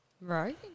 Right